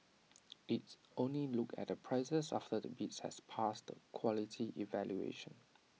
IT only looked at the prices after the bids had passed the quality evaluation